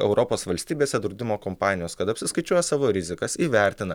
europos valstybėse draudimo kompanijos kad apsiskaičiuoja savo rizikas įvertina